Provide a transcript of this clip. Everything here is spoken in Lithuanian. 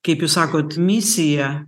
kaip jūs sakot misija